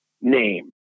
name